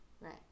Right